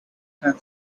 fan